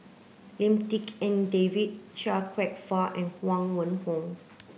Lim Tik En David Chia Kwek Fah and Huang Wenhong